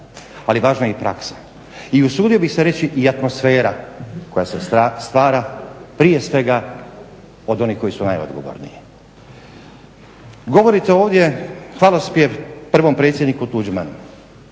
ali važna je praksa i usudio bih se reći i atmosfera koja se stvara prije svega od onih koji su najodgovorniji. Govorite ovdje hvalospjev prvom predsjedniku Tuđmanu,